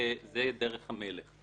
זה דרך המלך.